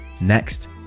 next